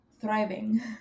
thriving